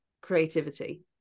creativity